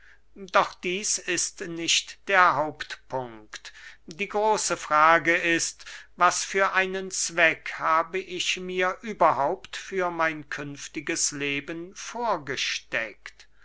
doch dieß ist nicht der hauptpunkt die große frage ist was für einen zweck habe ich mir überhaupt für mein künftiges leben vorgesteckt